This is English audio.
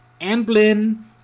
Amblin